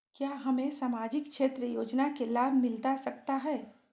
क्या हमें सामाजिक क्षेत्र योजना के लाभ मिलता सकता है?